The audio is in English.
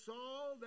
Saul